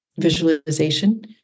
visualization